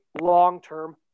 long-term